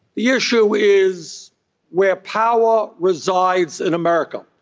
the issue is where power resides in america.